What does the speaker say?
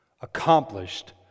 accomplished